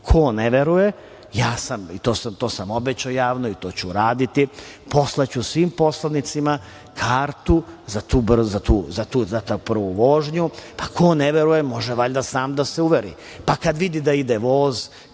Ko ne veruje, i to sam obećao javno, i to ću uraditi, poslaću svim poslanicima kartu za tu prvu vožnju, pa ko ne veruje može valjda sam da se uveri, pa kada vidi da ide voz,